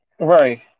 Right